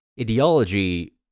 ideology